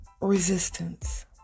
resistance